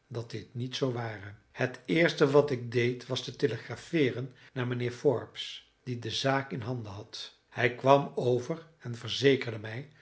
dat dit niet zoo ware het eerste wat ik deed was te telegrafeeren naar mijnheer forbes die de zaak in handen had hij kwam over en verzekerde mij